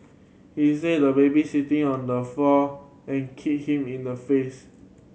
he see the baby sitting on the floor and kicked him in the face